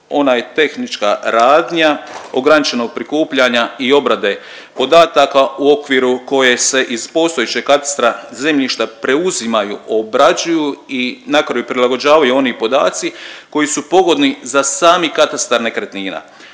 ona je tehnička radnja ograničenog prikupljanja i obrade podataka u okviru koje se iz postojećeg katastra zemljišta preuzimaju, obrađuju i na kraju prilagođavaju oni podaci koji su pogodni za sami katastar nekretnina.